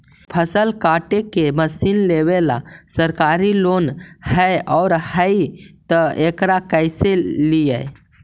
फसल काटे के मशीन लेबेला सरकारी लोन हई और हई त एकरा कैसे लियै?